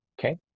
okay